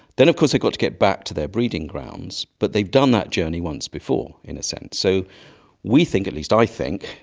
then of course they've got to get back to their breeding grounds, but they've done that journey once before, in a sense. so we think, at least i think,